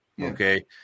Okay